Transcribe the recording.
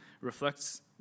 reflects